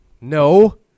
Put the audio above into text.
No